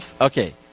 Okay